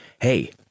hey